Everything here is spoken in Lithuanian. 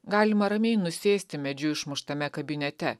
galima ramiai nusėsti medžiu išmuštame kabinete